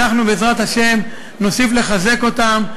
אנחנו בעזרת השם נוסיף לחזק אותן,